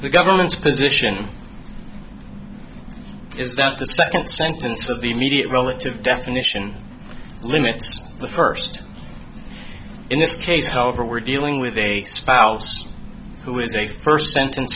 the government's position is that the second sentence of the immediate relative definition limits the first in this case however we're dealing with a spouse who is a first sentence